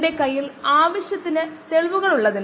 ഇത് ഒരു ലോഗ് സ്കെയിലിൽ ആണ്